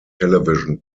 television